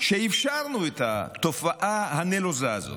שאפשרנו את התופעה הנלוזה הזאת,